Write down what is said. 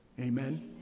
Amen